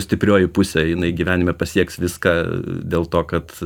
stiprioji pusė jinai gyvenime pasieks viską dėl to kad